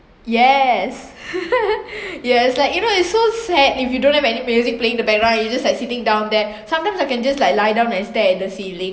yes yes like you know it's so sad if you don't have any music playing in the background and you just like sitting down there sometimes I can just like lie down and stare at the ceiling